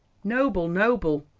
noble, noble!